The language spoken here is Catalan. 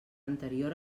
anterior